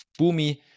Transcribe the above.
Boomi